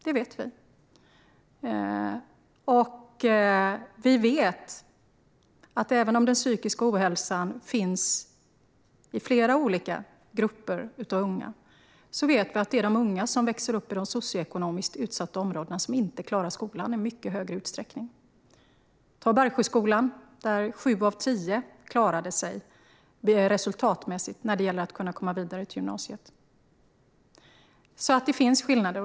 Vi vet också att även om den psykiska ohälsan finns i flera olika grupper av unga är det de unga som växer upp i de socioekonomiskt utsatta områdena som i mycket större utsträckning inte klarar skolan. Ta till exempel Bergsjöskolan, där sju av tio klarade sig resultatmässigt när det gäller att kunna komma vidare till gymnasiet. Det finns skillnader.